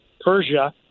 Persia